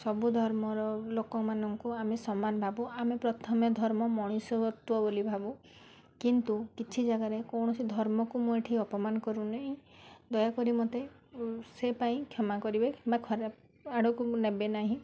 ସବୁ ଧର୍ମର ଲୋକମାନଙ୍କୁ ଆମେ ସମାନ ଭାବୁ ଆମେ ପ୍ରଥମେ ଧର୍ମ ମଣିଷତ୍ୱ ବୋଲି ଭାବୁ କିନ୍ତୁ କିଛି ଜାଗାରେ କୌଣସି ଧର୍ମକୁ ମୁଁ ଏଠି ଅପମାନ କରୁନାହିଁ ଦୟାକରି ମୋତେ ସେଇ ପାଇଁ କ୍ଷମା କରିବେ କିମ୍ବା ଖରାପ ଆଡ଼କୁ ନେବେ ନାହିଁ